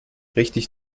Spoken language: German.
richtig